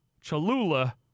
Cholula